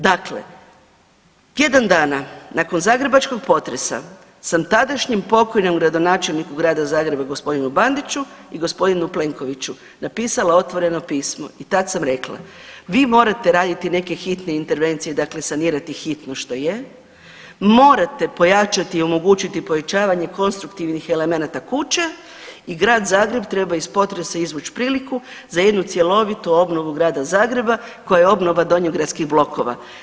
Dakle, tjedan dana nakon zagrebačkog potresa sam tadašnjem pokojnom gradonačelniku Grada Zagreba g. Bandiću i g. Plenkoviću napisala otvoreno pismo i tad sam rekla vi morate raditi neke hitne intervencije, dakle sanirati hitno što je, morate pojačati i omogućiti pojačavanje konstruktivnih elemenata kuće i Grad Zagreb treba iz potresa izvuć priliku za jednu cjelovitu obnovu Grada Zagreba koja je obnova donjogradskih blokova.